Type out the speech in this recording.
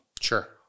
Sure